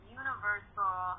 universal